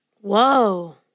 Whoa